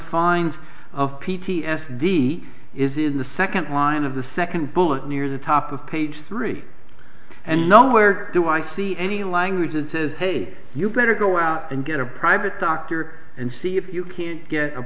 finds of p t s d is in the second line of the second bullet near the top of page three and nowhere do i see any language that says hey you better go out and get a private doctor and see if you can get a